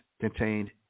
contained